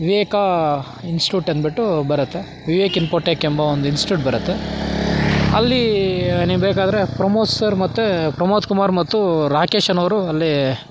ವಿವೇಕ institute ಅನ್ಬಿಟ್ಟು ಬರತ್ತೆ Vivek Infotech ಎಂಬ ಇನ್ಸ್ಟೂಟ್ ಬರತ್ತೆ ಅಲ್ಲಿ ನೀವು ಬೇಕಾದರೆ ಪ್ರಮೋದ್ ಸರ್ ಮತ್ತು ಪ್ರಮೋದ್ ಕುಮಾರ್ ಮತ್ತು ರಾಕೇಶ್ ಅನ್ನೋವ್ರು ಅಲ್ಲಿ